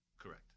Correct